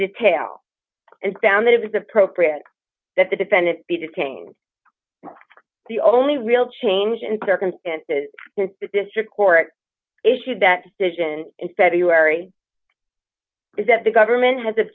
detail and found that it was appropriate that the defendant be detained the only real change in circumstances in the district court issued that decision in february is that the government has